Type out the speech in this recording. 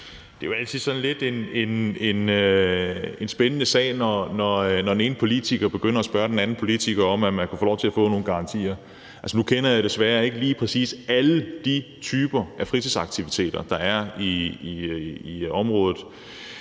Det er jo altid en sådan lidt spændende sag, når den ene politiker begynder at spørge den anden politiker, om man kan få lov til at få nogle garantier. Altså, nu kender jeg desværre ikke lige præcis alle de typer fritidsaktiviteter, der er i området,